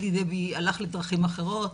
אלי דבי הלך לדרכים אחרות,